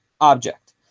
object